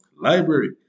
library